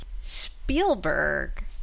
Spielberg